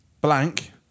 blank